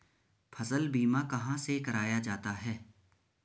फसल बीमा कहाँ से कराया जाता है?